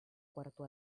cuarto